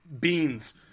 beans